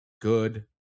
good